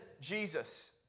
Jesus